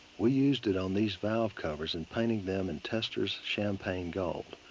we used it on these valve covers in painting them in testor's champagne gold.